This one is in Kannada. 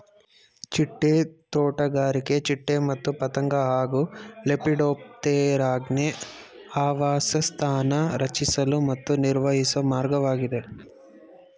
ಚಿಟ್ಟೆ ತೋಟಗಾರಿಕೆ ಚಿಟ್ಟೆ ಮತ್ತು ಪತಂಗ ಹಾಗೂ ಲೆಪಿಡೋಪ್ಟೆರಾನ್ಗೆ ಆವಾಸಸ್ಥಾನ ರಚಿಸಲು ಮತ್ತು ನಿರ್ವಹಿಸೊ ಮಾರ್ಗವಾಗಿದೆ